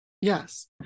Yes